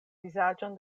vizaĝon